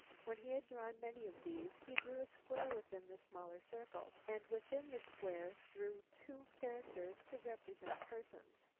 when he had drawn many of these, he drew a square within the smaller circle, and within the square drew two characters to represent persons.